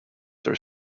their